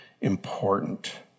important